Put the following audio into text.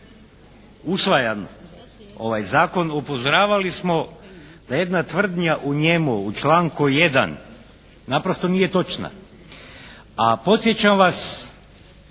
usvajan ovaj zakon upozoravali smo da jedna tvrdnja u njemu u članku 1. naprosto nije točna. A podsjećam vas